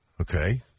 Okay